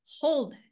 hold